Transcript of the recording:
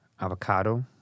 Avocado